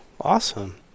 Awesome